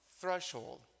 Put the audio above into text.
threshold